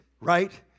Right